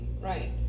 Right